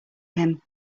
him